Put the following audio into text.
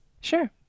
Sure